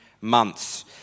months